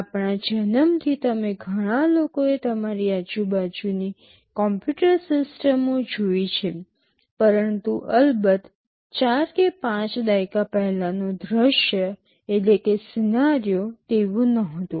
આપણા જન્મથી તમે ઘણા લોકોને તમારી આજુબાજુની કમ્પ્યુટર સિસ્ટમો જોઇ છે પરંતુ અલબત્ત ૪ કે ૫ દાયકા પહેલાનું દૃશ્ય તેવું નહોતું